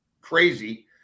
crazy